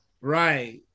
Right